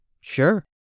Sure